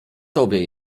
tobie